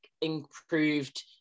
improved